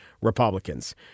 Republicans